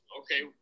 okay